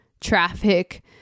traffic